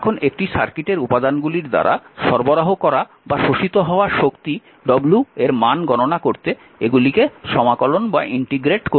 এখন একটি সার্কিটের উপাদানগুলির দ্বারা সরবরাহ করা বা শোষিত হওয়া শক্তি w এর মান গণনা করতে এগুলিকে সমাকলন করুন